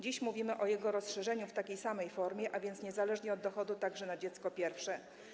Dziś mówimy o jego rozszerzeniu w takiej samej formie, a więc niezależnie od poziomu dochodów, także na dziecko pierwsze.